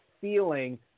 feeling